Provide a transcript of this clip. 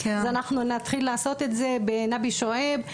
אז אנחנו נתחיל לעשות את זה בנבי שועייב,